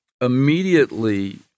Immediately